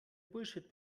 bullshit